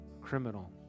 criminal